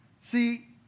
See